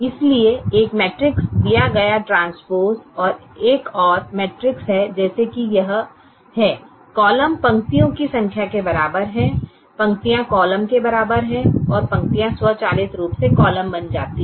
इसलिए एक मैट्रिक्स दिया गया ट्रांसपोज़ एक और मैट्रिक्स है जैसे कि यह है कॉलम पंक्तियों की संख्या के बराबर है पंक्तियों कॉलम के बराबर है और पंक्तियाँ स्वचालित रूप से कॉलम बन जाती हैं